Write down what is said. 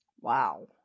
Wow